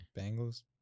Bengals